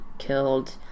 killed